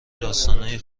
داستانای